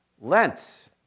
Lent